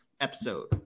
episode